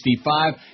65